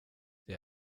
det